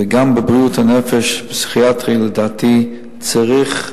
וגם בבריאות הנפש, פסיכיאטרי, לדעתי, צריך.